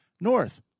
north